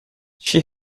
she